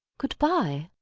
good-bye?